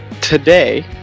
today